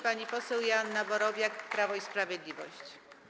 Pani poseł Joanna Borowiak, Prawo i Sprawiedliwość.